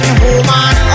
woman